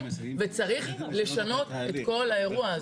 וצריך לשנות את כל האירוע הזה.